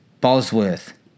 Bosworth